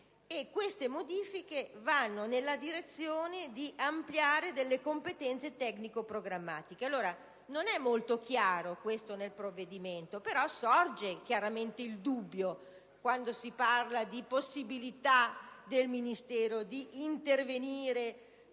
Queste modifiche vanno nella direzione di ampliare delle competenze tecnico-programmatiche. Questo non è molto chiaro nel provvedimento. Però, sorge chiaramente il dubbio quando si parla di possibilità del Ministero di intervenire